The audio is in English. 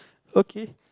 okay